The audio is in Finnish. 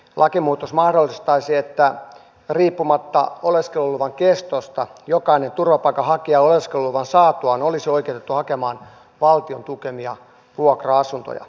lakimuutos mahdollistaisi että riippumatta oleskeluluvan kestosta jokainen turvapaikanhakija oleskeluluvan saatuaan olisi oikeutettu hakemaan valtion tukemia vuokra asuntoja